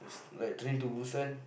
like Train-to-Busan